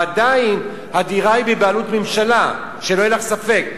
ועדיין הדירה היא בבעלות ממשלה, שלא יהיה לך ספק.